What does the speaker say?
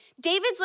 David's